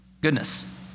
Goodness